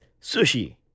sushi